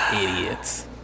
idiots